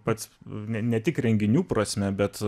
pats ne tik renginių prasme bet